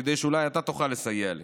כדי שאולי אתה תוכל לסייע לי.